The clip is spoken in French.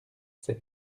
ces